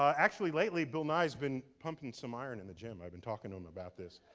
ah actually, lately bill nye has been pumping some iron in the gym, i've been talking to him about this.